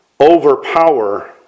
overpower